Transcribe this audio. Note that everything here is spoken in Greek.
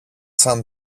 σαν